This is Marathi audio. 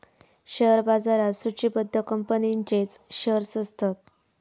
शेअर बाजारात सुचिबद्ध कंपनींचेच शेअर्स असतत